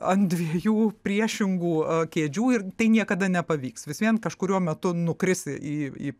ant dviejų priešingų kėdžių ir tai niekada nepavyks vis vien kažkuriuo metu nukrisi į į